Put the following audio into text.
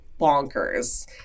bonkers